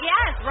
Yes